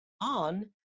on